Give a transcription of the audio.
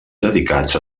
dedicats